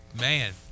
man